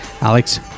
Alex